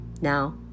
Now